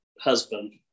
husband